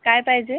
काय पाहिजे